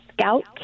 Scout